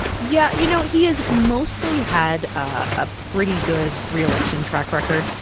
yeah. you know, he has mostly had a pretty good re-election track record.